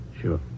sure